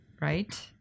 right